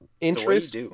interest